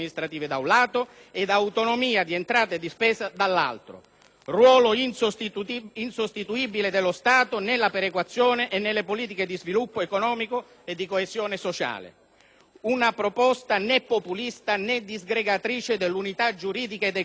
ruolo insostituibile dello Stato nella perequazione e nelle politiche di sviluppo economico e di coesione sociale; una proposta né populista, né disgregatrice dell'unità giuridica ed economica della Nazione, così come vuole la nostra Costituzione.